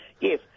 Yes